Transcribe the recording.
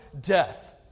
death